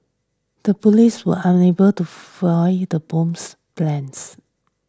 the police were unable to foil the bomber's plans